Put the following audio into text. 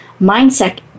mindset